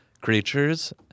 creatures